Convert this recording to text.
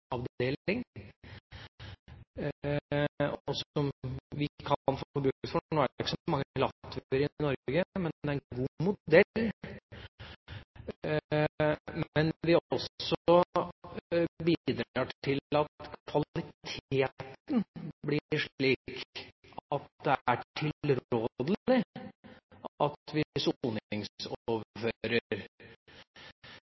i Norge, men det er en god modell. Vi bidrar også til at kvaliteten blir slik at det er tilrådelig at vi